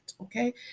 Okay